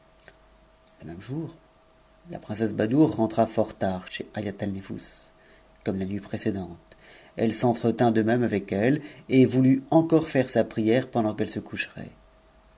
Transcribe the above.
le même jour la princesse badoure rentra fort tard chez haïatalnefous comme la nuit précédente elle s'entretint de même avec elle et voulut fncore faire sa prière pendant qu'elle se coucherait